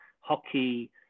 Hockey